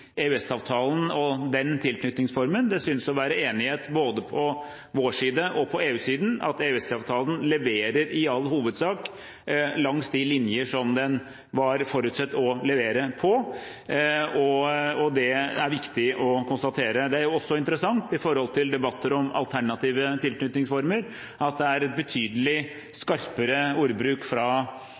og den tilknytningsformen. Det synes å være enighet om både på vår side og på EU-siden at EØS-avtalen leverer i all hovedsak langs de linjer som den var forutsatt å levere på. Det er viktig å konstatere. Det er også interessant i debatter om alternative tilknytningsformer at det er betydelig skarpere ordbruk fra